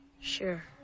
Sure